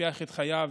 שמקפח את חייו,